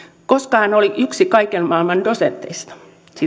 koska hän oli yksi kaiken maailman dosenteista